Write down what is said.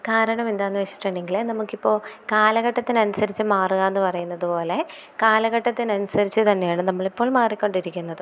കാരണമെന്താണെന്ന് വെച്ചിട്ടുണ്ടെങ്കിൽ നമുക്കിപ്പോൾ കാലഘട്ടത്തിനനുസരിച്ച് മാറുകയെന്ന് പറയുന്നതുപോലെ കാലഘട്ടത്തിനനുസരിച്ച് തന്നെയാണ് നമ്മളിപ്പോൾ മാറിക്കൊണ്ടിരിക്കുന്നത്